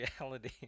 reality